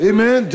Amen